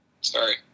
Sorry